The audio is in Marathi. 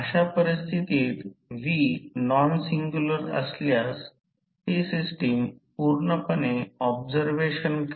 आता अंदाजे म्हणून देखील E2 cos ∂ E2 E2 cos ∂ लिहू शकता म्हणजे मी याचा अर्थ असा होतो याचा अर्थ असा आहे